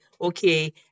okay